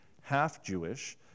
half-Jewish